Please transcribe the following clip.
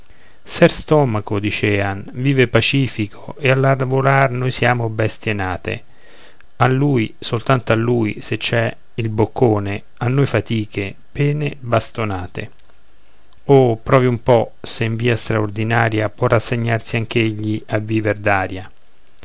signore ser stomaco dicean vive pacifico e a lavorar noi siamo bestie nate a lui soltanto a lui se c'è il boccone a noi fatiche pene bastonate oh provi un po se in via straordinaria può rassegnarsi anch'egli a viver d'aria